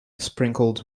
sprinkled